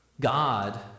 God